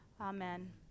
Amen